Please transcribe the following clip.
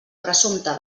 presumpta